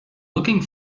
looking